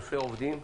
אלפי עובדים,